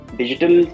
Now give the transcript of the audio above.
digital